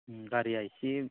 गारिया एसे